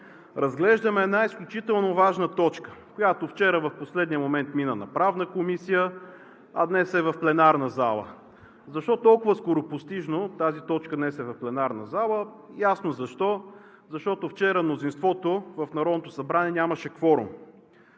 разглеждаме една изключително важна точка, която вчера в последния момент мина в Правната комисия, а днес е в пленарната зала. Защо толкова скоропостижно тази точка днес е в пленарната зала? Ясно е защо. Защото вчера мнозинството в Народното събрание нямаше кворум.